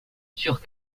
sur